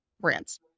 brands